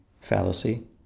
fallacy